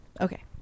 okay